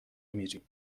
میریم